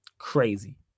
Crazy